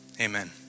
amen